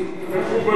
רק כשהם יגיעו לגילי.